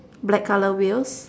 black colour wheels